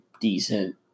decent